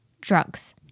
drugs